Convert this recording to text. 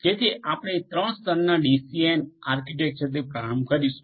જેથી આપણે ત્રણ સ્તરના ડીસીએન આર્કિટેક્ચરથી પ્રારંભ કરીશું